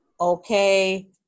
okay